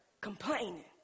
Complaining